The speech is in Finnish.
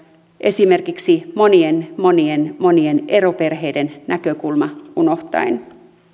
esimerkiksi monien monien monien eroperheiden näkökulma unohtaen